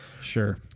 Sure